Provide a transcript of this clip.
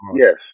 Yes